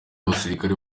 abasirikare